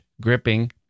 gripping